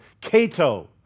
Cato